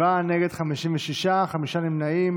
בעד, 47, נגד, 56, חמישה נמנעים.